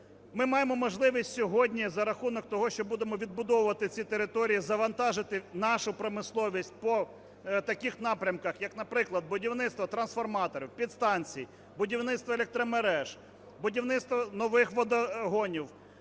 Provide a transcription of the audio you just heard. Ми маємо можливість сьогодні за рахунок того, що будемо відбудовувати ці території, завантажити нашу промисловість по таких напрямках, як, наприклад, будівництво трансформаторів, підстанцій, будівництво електромереж, будівництво нових водогонів,